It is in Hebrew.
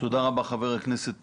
תודה רבה חבר הכנסת פינדרוס.